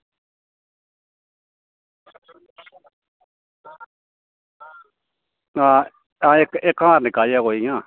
हां इक हार निक्का जेहा कोई